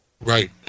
Right